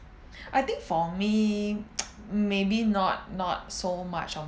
I think for me maybe not not so much of